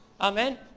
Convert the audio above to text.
Amen